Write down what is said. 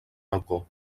balcó